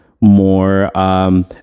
more